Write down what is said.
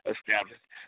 Established